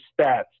stats